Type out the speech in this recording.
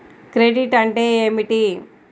Credit అంటే ఏమిటి?